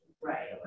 Right